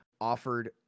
offered